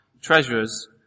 treasurers